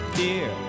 dear